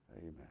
Amen